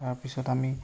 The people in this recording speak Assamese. তাৰপিছত আমি